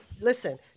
listen